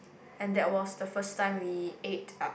and that was the first time we ate out